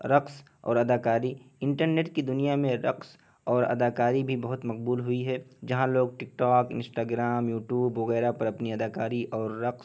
رقص اور اداکاری انٹرنیٹ کی دنیا میں رقص اور اداکاری بھی بہت مقبول ہوئی ہے جہاں لوگ TikTok Instagram YouTube وغیرہ پر اپنی اداکاری اور رقص